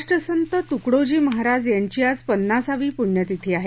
राष्ट्रसंत तुकडोजी महाराज यांची आज पन्नासावी पुण्यतिथी आहे